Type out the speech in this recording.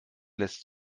lässt